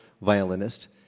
violinist